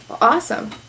Awesome